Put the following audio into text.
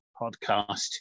podcast